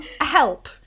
Help